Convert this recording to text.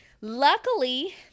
Luckily